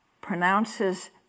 pronounces